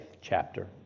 chapter